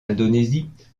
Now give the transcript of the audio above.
indonésie